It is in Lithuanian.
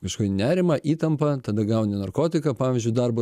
kažkokį nerimą įtampą tada gauni narkotiką pavyzdžiui darbo